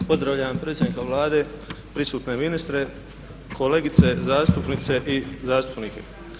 Pozdravljam predsjednika Vlade i prisutne ministre, kolegice zastupnice i zastupnike.